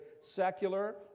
secular